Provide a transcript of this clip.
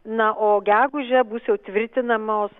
na o gegužę bus jau tvirtinamos